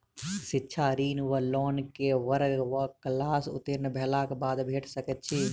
शिक्षा ऋण वा लोन केँ वर्ग वा क्लास उत्तीर्ण भेलाक बाद भेट सकैत छी?